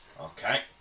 Okay